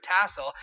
tassel